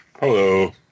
Hello